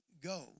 go